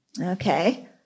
okay